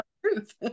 truth